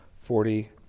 forty